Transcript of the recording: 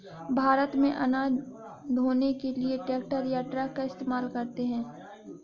भारत में अनाज ढ़ोने के लिए ट्रैक्टर या ट्रक का इस्तेमाल करते हैं